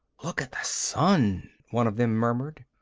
look at the sun, one of them murmured.